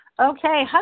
Okay